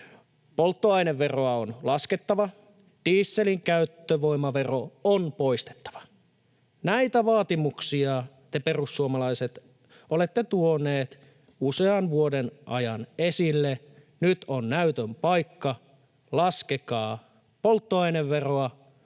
Polttoaineveroa on laskettava, dieselin käyttövoimavero on poistettava — näitä vaatimuksia te perussuomalaiset olette tuoneet usean vuoden ajan esille. Nyt on näytön paikka. Laskekaa polttoaineveroa.